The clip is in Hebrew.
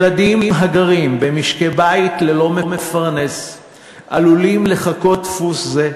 "ילדים הגרים במשקי-בית ללא מפרנס עלולים לחקות דפוס זה,